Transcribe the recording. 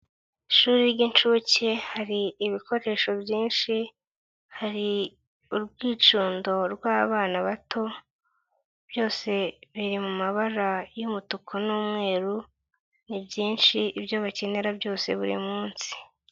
Ishuri ry'inshuke hari ibikoresho byinshi, hari urwicundo rw'abana bato, byose biri mabara y'umutuku n'umweru, ni byinshi ibyo bakenera byose buri munsi.